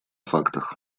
фактах